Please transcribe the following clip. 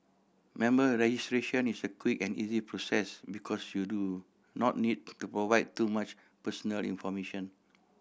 member registration is a quick and easy process because you do not need to provide too much personal information